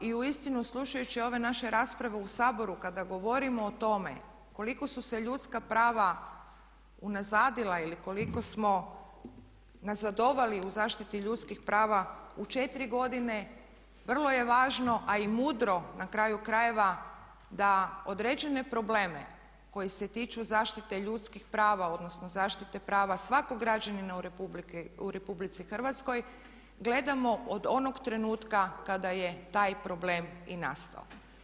Uistinu, slušajući ove naše rasprave u Saboru kada govorimo o tome koliko su se ljudska prava unazadila ili koliko smo nazadovali u zaštiti ljudskih prava u 4 godine vrlo je važno, a i mudro na kraju krajeva, da određene probleme koji se tiču zaštite ljudskih prava odnosno zaštite prava svakog građanina u RH gledamo od onog trenutka kada je taj problem i nastao.